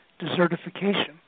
desertification